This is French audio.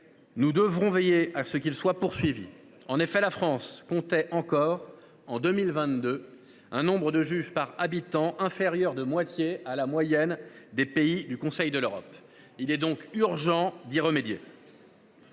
nous y veillerons. En effet, la France comptait encore, en 2022, un nombre de juges par habitant inférieur de moitié à la moyenne des pays du Conseil de l'Europe : il est urgent d'y remédier.